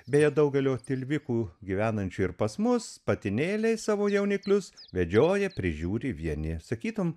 beje daugelio tilvikų gyvenančių ir pas mus patinėliai savo jauniklius vedžioja prižiūri vieni sakytum